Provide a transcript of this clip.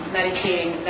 meditating